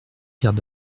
pierre